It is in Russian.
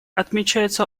отмечается